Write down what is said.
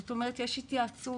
זאת אומרת, יש התייעצות